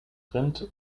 rind